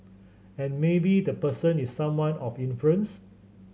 and maybe the person is someone of influence